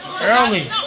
early